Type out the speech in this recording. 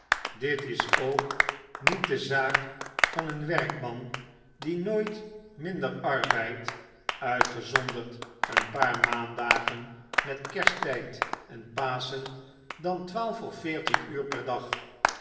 dit is ook niet de zaak van een werkman die nooit minder arbeidt uitgezonderd een paar maandagen met kersttgd en paschen dan twaalf of veertien uur per dag